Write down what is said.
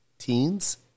teens